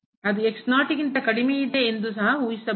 ಅದು ಗಿಂತ ಕಡಿಮೆಯಿದೆ ಎಂದು ಸಹ ಊಹಿಸಬಹುದು